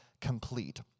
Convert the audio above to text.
complete